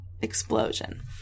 explosion